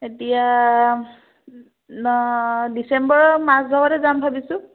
এতিয়া ডিচেম্বৰৰ মাজ ভাগতে যাম ভাবিছোঁ